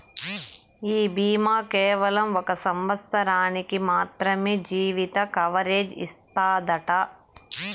ఈ బీమా కేవలం ఒక సంవత్సరానికి మాత్రమే జీవిత కవరేజ్ ఇస్తాదట